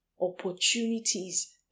opportunities